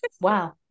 wow